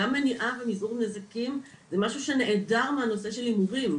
גם מניעה ומיזעור נזקים זה משהו שנעדר מהנושא של הימורים.